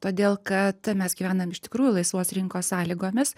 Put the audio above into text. todėl kad mes gyvenam iš tikrųjų laisvos rinkos sąlygomis